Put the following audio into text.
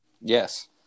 Yes